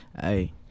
Hey